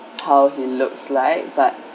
how he looks like but